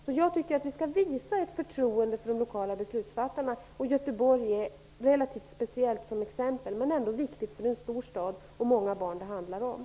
Jag tycker alltså att vi skall visa ett förtroende för de lokala beslutsfattarna. Göteborg är ett relativt speciellt men ändå viktigt exempel, eftersom det gäller en stor stad och handlar om många barn.